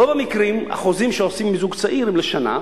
ברוב המקרים החוזים שעושים עם זוג צעיר הם לשנה,